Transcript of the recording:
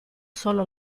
solo